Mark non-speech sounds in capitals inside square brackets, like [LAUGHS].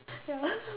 [LAUGHS]